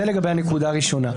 זה לגבי הנקודה הראשונה.